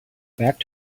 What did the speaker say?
back